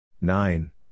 Nine